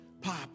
Pop